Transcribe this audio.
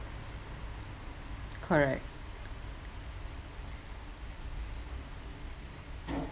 correct